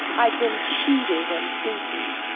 i'd been cheated and beaten.